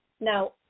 Now